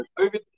over